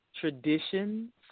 traditions